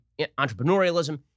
entrepreneurialism